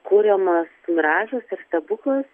kuriamas miražas ir stebuklas